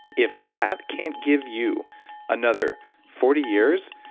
if that can't give you another forty years,